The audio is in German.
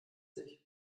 sich